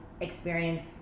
experience